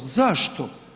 Zašto?